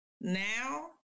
Now